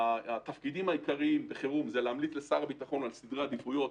התפקידים העיקריים בחירום הם להמליץ לשר הביטחון על סדרי עדיפויות,